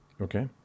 Okay